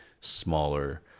smaller